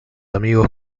amigos